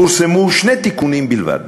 פורסמו שני תיקונים בלבד,